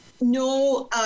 No